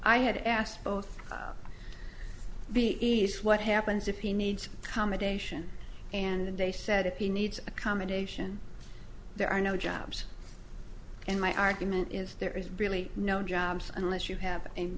i had asked both be nice what happens if he needs commendation and they said if he needs accommodation there are no jobs and my argument is there is really no jobs unless you have a